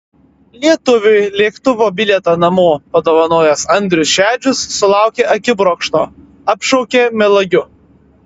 lietuviui lėktuvo bilietą namo padovanojęs andrius šedžius sulaukė akibrokšto apšaukė melagiu